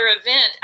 event